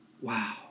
Wow